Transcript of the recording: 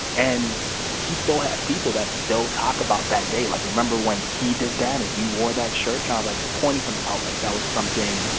and he still has people that still talk about that day like, remember when he did that, and he wore that shirt? kind of like pointing him out, like, that was something.